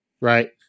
right